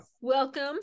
Welcome